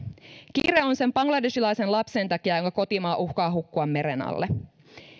kiire on sen bangladeshilaisen lapsen takia jonka kotimaa uhkaa hukkua meren alle